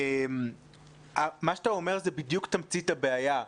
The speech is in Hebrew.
מה שאתה אומר זו בדיוק תמצית הבעיה,